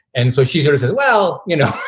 and so she sort of said, well, you know,